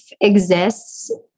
exists